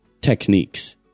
techniques